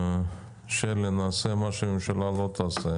שלי, נעשה מה שהממשלה לא תעשה.